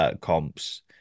comps